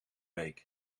week